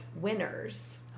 winners